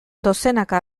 dozenaka